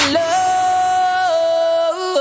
love